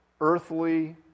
earthly